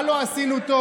מה לא עשינו טוב.